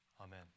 Amen